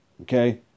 Okay